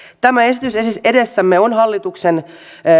tämä esitys esitys edessämme on hallituksen